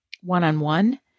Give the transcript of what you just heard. one-on-one